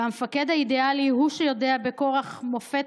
והמפקד האידיאלי הוא שיודע בכוח מופת